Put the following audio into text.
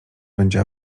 będzie